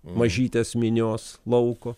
mažytės minios lauko